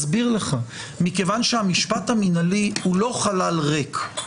מכיוון שהמשפט המינהלי הוא לא חלל ריק.